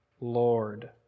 Lord